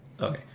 Okay